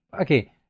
Okay